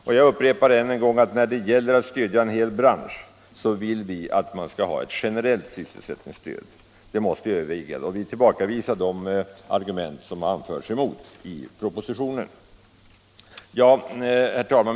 Och jag upprepar än en gång att när det gäller att stödja en hel bransch så vill vi att man skall ge ett genrellt sysselsättningsstöd. Vi tillbakavisar de argument som anförs emot i propositionen. Herr talman!